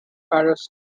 paris